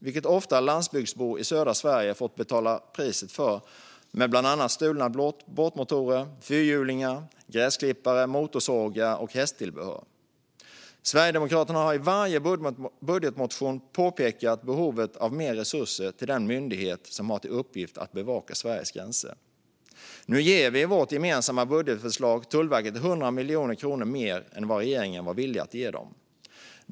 Det har landsbygdsbor i södra Sverige ofta fått betala priset för i form av bland annat stulna båtmotorer, fyrhjulingar, gräsklippare, motorsågar och hästtillbehör. Sverigedemokraterna har i varje budgetmotion påpekat behovet av mer resurser till den myndighet som har till uppgift att bevaka Sveriges gränser. Nu ger vi i vårt gemensamma budgetförslag Tullverket 100 miljoner kronor mer än regeringen var villig att ge dem.